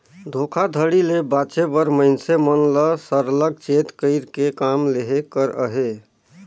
धोखाघड़ी ले बाचे बर मइनसे मन ल सरलग चेत कइर के काम लेहे कर अहे